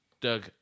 Doug